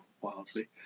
wildly